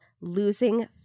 Losing